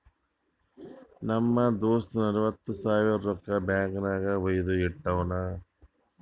ನಮ್ ದೋಸ್ತ ನಲ್ವತ್ ಸಾವಿರ ರೊಕ್ಕಾ ಬ್ಯಾಂಕ್ ನಾಗ್ ವೈದು ಇಟ್ಟಾನ್